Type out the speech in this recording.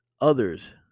others